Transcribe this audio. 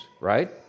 right